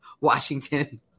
Washington